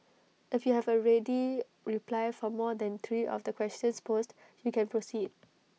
if you have A ready reply for more than three of the questions posed you can proceed